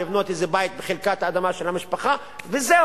לבנות איזה בית בחלקת האדמה של המשפחה וזהו.